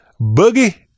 Boogie